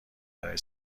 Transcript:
برای